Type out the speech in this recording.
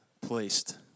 placed